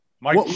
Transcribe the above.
Mike